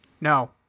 No